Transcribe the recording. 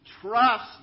trust